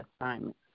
assignment